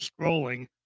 scrolling